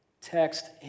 text